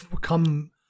come